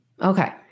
Okay